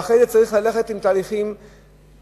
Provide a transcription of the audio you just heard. ואחרי זה צריך ללכת רק בהליכים משפטיים,